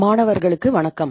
மாணவர்களுக்கு வணக்கம்